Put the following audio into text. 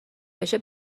بشه